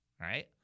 right